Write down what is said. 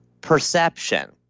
perception